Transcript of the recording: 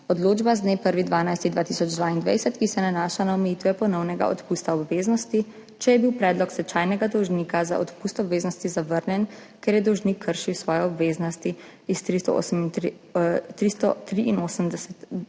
odločba z dne 1. 12. 2022, ki se nanaša na omejitve ponovnega odpusta obveznosti, če je bil predlog stečajnega dolžnika za odpust obveznosti zavrnjen, ker je dolžnik kršil svoje obveznosti iz 383.b,